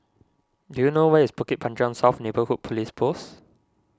do you know where is Bukit Panjang South Neighbourhood Police Post